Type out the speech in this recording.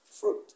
Fruit